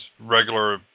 regular